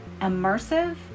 immersive